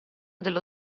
dello